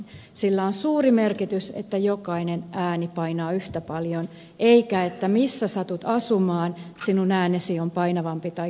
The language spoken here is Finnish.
sillä on suuri merkitys että jokainen ääni painaa yhtä paljon eikä ole niin että sen mukaan missä satut asumaan sinun äänesi on painavampi tai kevyempi